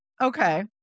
Okay